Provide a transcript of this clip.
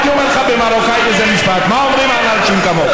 הייתי אומר לך במרוקאית איזה משפט על מה אומרים על אנשים כמוך.